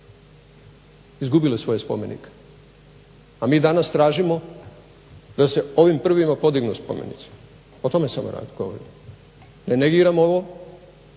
izgubile svoje spomenike. A mi danas tražimo da se ovim prvima podignu spomenici o tome sam govorio. Ne negiram ovo